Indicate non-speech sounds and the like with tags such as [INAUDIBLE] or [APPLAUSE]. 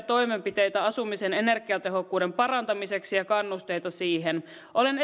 [UNINTELLIGIBLE] toimenpiteitä asumisen energiatehokkuuden parantamiseksi ja kannusteita siihen olen [UNINTELLIGIBLE]